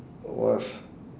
was